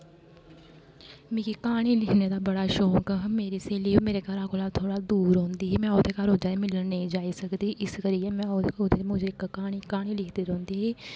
मिगी क्हानी लिखने दा बडा शौक हा मेरी स्हेली ही ओह् मेरे घरा कोला थोह्डा दूर रौंह्दी ही में ओह्दे घर ओह्दे कन्नै मिलने गी जाई सकदी ही इस करियै में ओह्दे कन्नै क्हानी लिखदी रौंह्दी ही